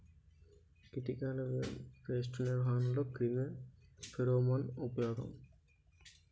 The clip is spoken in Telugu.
కీటకాల పేస్ట్ నిర్వహణలో క్రిమి ఫెరోమోన్ ఉపయోగం